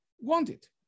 wanted